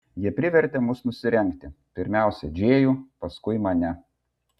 jie privertė mus nusirengti pirmiausia džėjų paskui mane